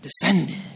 descended